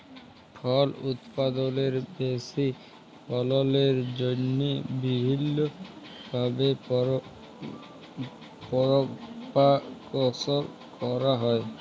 ফল উৎপাদলের বেশি ফললের জ্যনহে বিভিল্ল্য ভাবে পরপাগাশল ক্যরা হ্যয়